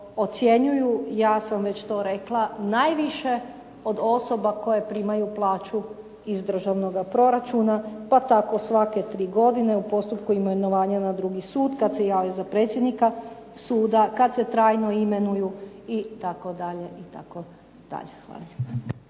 ocjenjuju. Ja sam već to rekla najviše od osoba koje primaju plaću iz državnoga proračuna. Pa tako svake tri godine u postupku imenovanja na drugi sud, kada se jave za predsjednika suda, kada se trajno imenuju itd., itd..